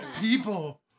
People